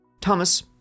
Thomas